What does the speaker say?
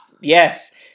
Yes